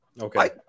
Okay